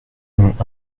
ont